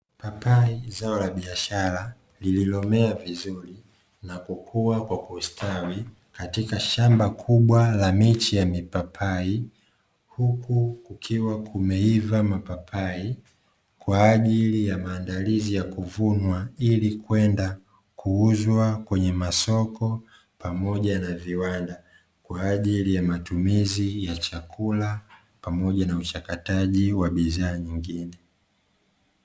Papai zao la biashara lililomea vizuri na kukua kwa kustawi katika shamba kubwa la miche ya mipapai, huku kukiwa kumeiva mapapai kwa ajili ya maandalizi ya kuvunwa ili kwenda kuuzwa kwenye masoko pamoja na viwanda, kwa ajili ya matumizi ya chakula pamoja na uchakataji wa bidhaa nyingine.